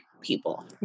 people